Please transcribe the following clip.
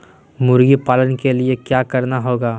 मुर्गी पालन के लिए क्या करना होगा?